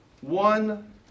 one